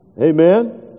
Amen